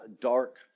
dark